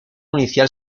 inicial